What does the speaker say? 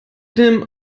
nimm